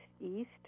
east